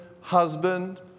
husband